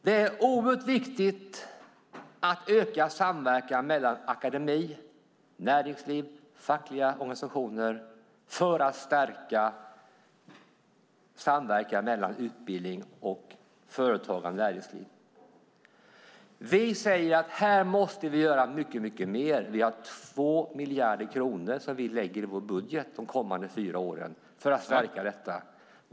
Det är viktigt att öka samverkan mellan akademi, näringsliv och fackliga organisationer för att stärka samverkan mellan utbildning och näringsliv. Här måste vi göra mycket mer. I vår budget lägger vi 2 miljarder de kommande fyra åren på detta.